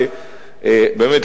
באמת,